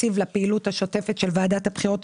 התקציב לפעילות השוטפת של ועדת הבחירות,